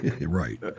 Right